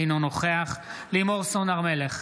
אינו נוכח לימור סון הר מלך,